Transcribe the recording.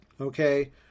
okay